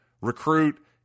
recruit